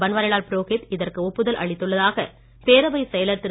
பன்வாரிலால் புரோகித் இதற்கு ஒப்புதல் அளித்துள்ளதாக பேரவைச் செயலர் திரு